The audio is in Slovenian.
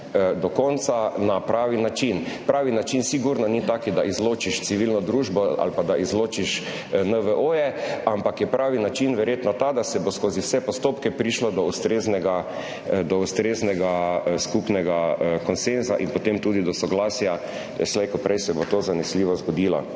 do konca na pravi način. Pravi način sigurno ni tak, da izločiš civilno družbo ali pa da izločiš NVO-je, ampak je pravi način verjetno ta, da se bo skozi vse postopke prišlo do ustreznega skupnega konsenza in potem tudi do soglasja, slej ko prej se bo to zanesljivo zgodilo.